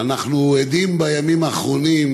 אנחנו עדים בימים האחרונים